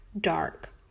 dark